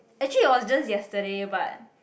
actually it was just yesterday but